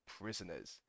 prisoners